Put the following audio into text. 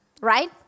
right